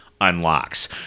unlocks